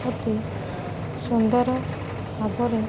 ଅତି ସୁନ୍ଦର ଭାବରେ